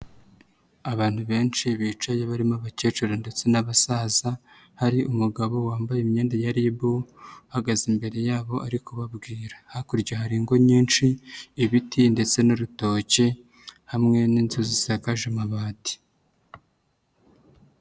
Abantu benshi bicaye barimo abakecuru ndetse n'abasaza, hari umugabo wambaye imyenda ya RIB, uhagaze imbere yabo ari kubabwira, hakurya hari ingo nyinshi ibiti ndetse n'urutoki hamwe n'inzu zisakaje amabati.